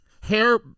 hair